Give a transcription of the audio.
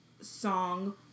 song